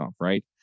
right